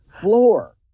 floor